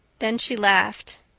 then she laughed.